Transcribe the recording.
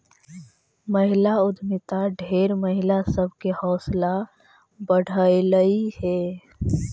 महिला उद्यमिता ढेर महिला सब के हौसला बढ़यलई हे